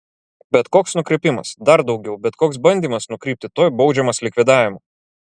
bet koks nukrypimas dar daugiau bet koks bandymas nukrypti tuoj baudžiamas likvidavimu